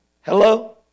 Hello